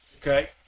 Okay